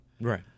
right